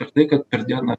ir tai kad per dieną